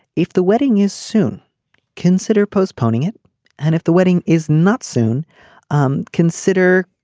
if the wedding is soon consider postponing it and if the wedding is not soon um consider